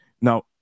Now